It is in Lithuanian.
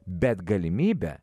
bet galimybę